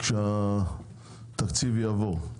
כשהתקציב יעבור.